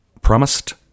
promised